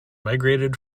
migrated